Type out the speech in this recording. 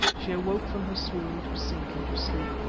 she awoke from her swoon to sink into sleep.